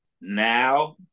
now